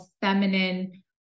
feminine